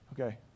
Okay